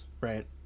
right